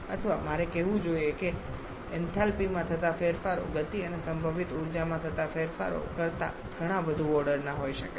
અથવા મારે કહેવું જોઈએ કે એન્થાલ્પીમાં થતા ફેરફારો ગતિ અને સંભવિત ઉર્જામાં થતા ફેરફારો કરતા ઘણા વધુ ઓર્ડરના હોઈ શકે છે